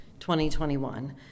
2021